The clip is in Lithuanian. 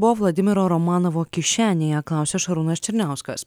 buvo vladimiro romanovo kišenėje klausė šarūnas černiauskas